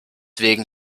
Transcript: wegen